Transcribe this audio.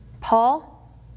Paul